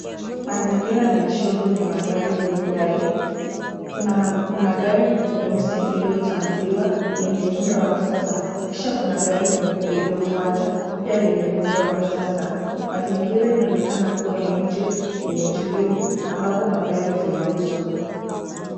Mazingira ni ya showroom ya magari ya Hyudai. Kuna gari nyeusi iliyotanguliwa yenye muundo wa kisasa. Kisha kuna gari nyeupe iliyofuata pia lenye muundo wa kisasa. Mazingira inaonekana kuwa ya nje yenye utulivu ambapo magari zinauzwa.